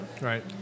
Right